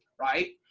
right?